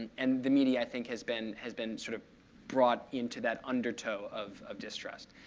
and and the media, i think, has been has been sort of brought into that undertow of of distrust.